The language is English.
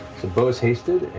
beau's hasted